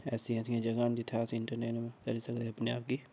ऐसियां ऐसियां जगह् न जित्थें अस इंटरट्रेंन करी सकदे अपने आप गी